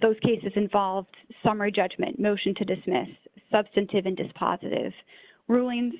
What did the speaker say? those cases involved summary judgment motion to dismiss substantive and dispositive rulings